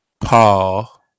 paul